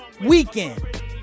weekend